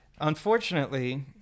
Unfortunately